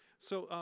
so,